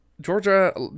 Georgia